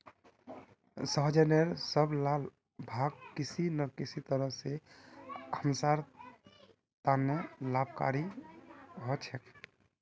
सहजनेर सब ला भाग किसी न किसी तरह स हमसार त न लाभकारी ह छेक